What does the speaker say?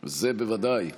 זה בוודאי.